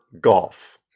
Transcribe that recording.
golf